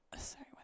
sorry